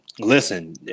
Listen